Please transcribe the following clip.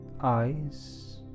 Eyes